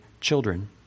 children